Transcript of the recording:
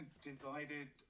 divided